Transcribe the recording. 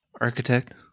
Architect